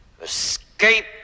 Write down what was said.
Escape